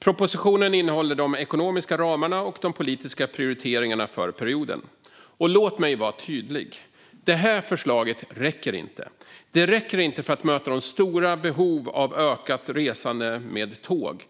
Propositionen innehåller de ekonomiska ramarna och de politiska prioriteringarna för perioden. Låt mig vara tydlig: Det här förslaget räcker inte. Det räcker inte för att möta de stora behoven av ökat resande med tåg.